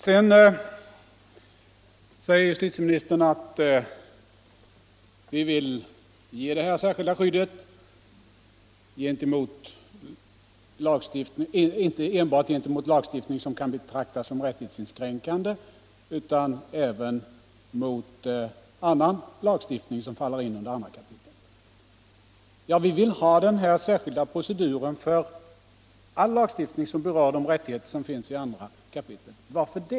Sedan sade justitieministern att vi vill ge det här skyddet inte enbart gentemot lagstiftning som kan betraktas som rättighetsinskränkande utan även mot annan lagstiftning som faller in under 2 kap. Ja, vi vill ha den här särskilda proceduren för all lagstiftning som berör de rättigheter som finns i 2 kap. Varför?